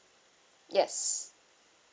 yes